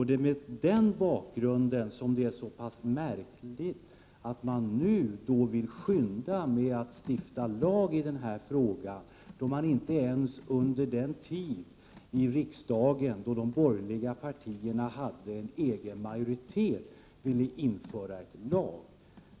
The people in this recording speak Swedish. Det är mot den bakgrunden som det är så märkligt att man vill skynda på med att stifta lag i den här frågan, fastän man inte ens under den tid som de borgerliga partierna hade egen majoritet i riksdagen ville införa en lag.